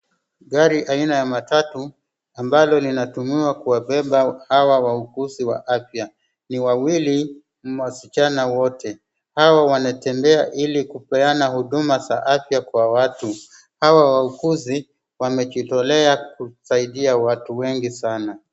Gari aina ya matatu ambalo linatumiwa kuwabeba hawa wauguzi wa afya, ni wawili ,wasichana wote. Hawa wanatembea ili kupeana huduma za afya kwa watu. Hawa wauguzi wamejitolea kusaidia watu wengi sana.